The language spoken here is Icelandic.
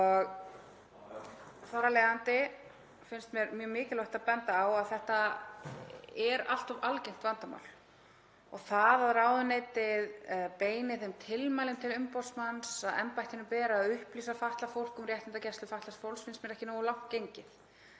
Þar af leiðandi finnst mér mjög mikilvægt að benda á að þetta er allt of algengt vandamál. Það að ráðuneytið beini þeim tilmælum til umboðsmanns að embættinu beri að upplýsa fatlað fólk um réttindagæslu fatlaðs fólks finnst mér ekki nógu langt gengið